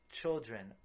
children